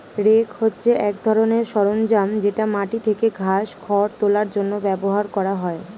rake হচ্ছে এক ধরনের সরঞ্জাম যেটা মাটি থেকে ঘাস, খড় তোলার জন্য ব্যবহার করা হয়